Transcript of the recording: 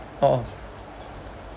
oh